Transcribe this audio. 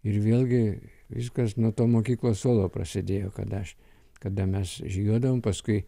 ir vėlgi viskas nuo to mokyklos suolo prasidėjo kad aš kada mes žygiuodavom paskui